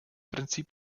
prinzip